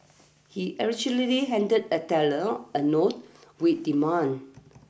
he allegedly handed a teller a note with demands